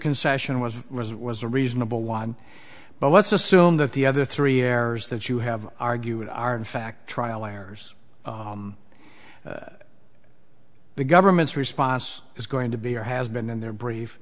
concession was was a reasonable one but let's assume that the other three errors that you have argued are in fact trial lawyers the government's response is going to be or has been in their brief